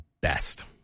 best